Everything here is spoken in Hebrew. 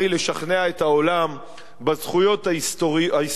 לשכנע את העולם בזכויות ההיסטוריות,